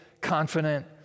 confident